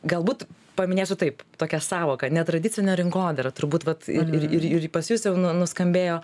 galbūt paminėsiu taip tokia sąvoka netradicinė rinkodara turbūt vat ir ir ir ir pas jus jau nu nuskambėjo